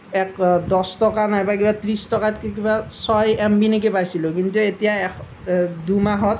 এক দহ টকা নাইবা কিবা ত্ৰিছ টকাত কিবা ছয় এমবি নে কি পাইছিলোঁ কিন্তু এতিয়া এশ দুমাহত